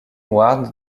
ward